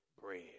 bread